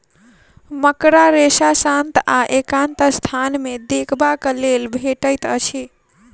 मकड़ा रेशा शांत आ एकांत स्थान मे देखबाक लेल भेटैत अछि